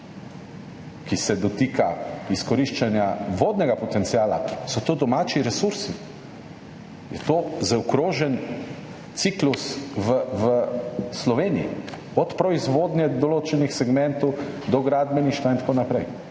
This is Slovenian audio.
ki se dotika izkoriščanja vodnega potenciala, to domači resursi, to je zaokrožen ciklus v Sloveniji, od proizvodnje določenih segmentov do gradbeništva in tako naprej.